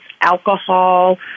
alcohol